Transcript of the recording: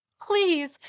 Please